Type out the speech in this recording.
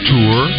Tour